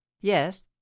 yes